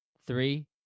Three